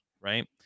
Right